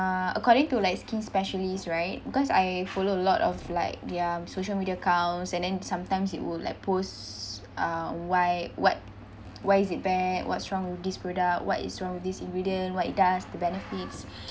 uh according to like skin specialist right because I follow a lot of like their social media accounts and then sometimes they would like post uh why what why is it bad what's wrong with this product what is wrong with this ingredient what it does the benefits